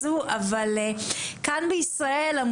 בישראל,